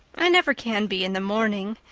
i never can be in the morning.